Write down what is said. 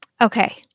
Okay